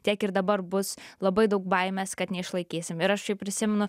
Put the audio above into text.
tiek ir dabar bus labai daug baimės kad neišlaikysim ir aš šiaip prisimenu